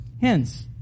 Hence